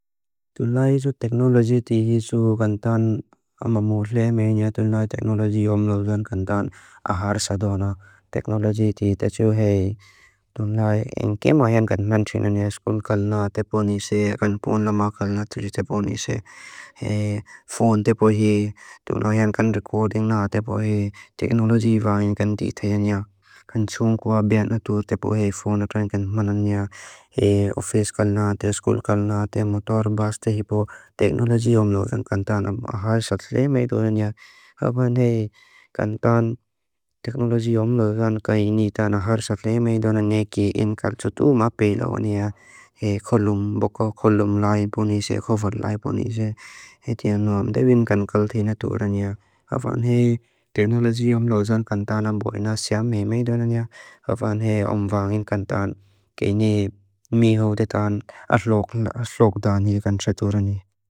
Tūn lai isu teknolajīti isu gandan amamuhle meine, tūn lai teknolajī omlodan gandan aharsadona teknolajīti tachu hei. Tūn lai enke mahen kan mentrinane, skul kalna te ponise, kan pon lama kalna tiju te ponise. Hei, fon te pohi, tūn lai hen kan recording na te pohi, teknolajīva en kan titheine. Kan tsun kua behen na tūn te pohi, fon te pohi, ofis kalna te, skul kalna te, motor bas te hi po, teknolajīva omlodan gandana aharsadona.